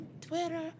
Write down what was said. Twitter